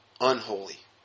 unholy